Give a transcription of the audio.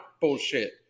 Bullshit